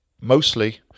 Mostly